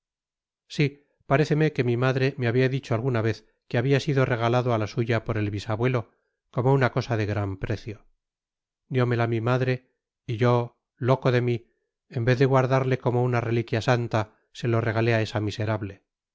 paréceme que mi madre me habia dicho alguna vez que habia sido regalado á la suya por el bisabuelo como una cosa de gran precio diómela mi madre y yo loco de mi en vez de guardarle como una reliquia santa se lo regalé á esa miserable